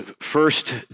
first